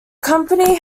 company